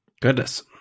Goodness